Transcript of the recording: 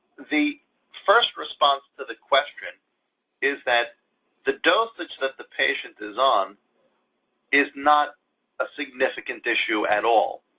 the first response to the question is that the dosage that the patient is on is not a significant issue at all,